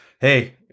hey